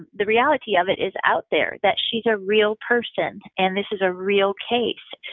the reality of it is out there, that she's a real person and this is a real case,